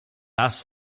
las